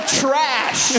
trash